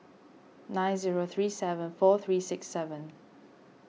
nine zero three seven four three six seven